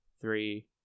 three